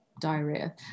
diarrhea